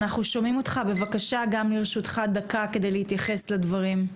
בבקשה, גם לרשותך דקה כדי להתייחס לדברים.